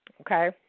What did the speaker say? okay